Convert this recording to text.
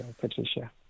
Patricia